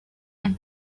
and